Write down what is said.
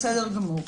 בסדר גמור.